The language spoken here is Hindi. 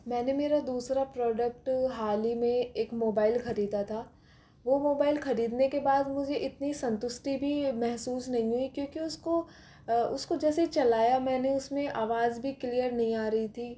मैंने मेरा दूसरा प्रोडक्ट हाल ही में एक मोबाईल खरीदा था वो मोबाईल खरीदने के बाद मुझे इतनी संतुष्टी भी महसूस नहीं हुई क्योंकि उसको उसको जैसे चलाया मैंने उसमें आवाज भी क्लीयर नही आ रही थी